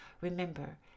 Remember